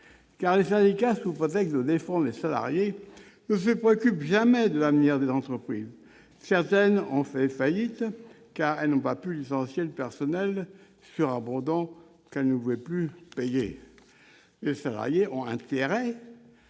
les syndicats, sous prétexte de défendre les salariés, ne se préoccupent jamais de l'avenir des entreprises. Certaines ont fait faillite faute d'avoir pu licencier le personnel surabondant qu'elles ne pouvaient plus payer. Les salariés ont intérêt